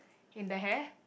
in the hair